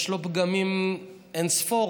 יש בו פגמים אין-ספור,